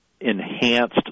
enhanced